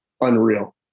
unreal